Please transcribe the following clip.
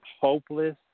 hopeless